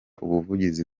ubuvugizi